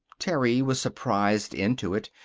terry was surprised into it.